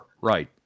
right